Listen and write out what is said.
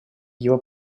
его